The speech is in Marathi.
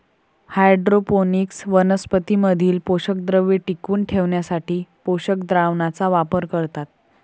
हायड्रोपोनिक्स वनस्पतीं मधील पोषकद्रव्ये टिकवून ठेवण्यासाठी पोषक द्रावणाचा वापर करतात